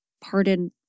pardon